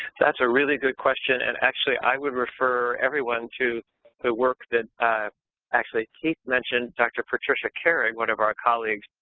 that's a really good question and actually i would refer everyone to the work that actually keith mentioned, dr. patricia kerig, one of our colleagues,